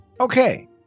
Okay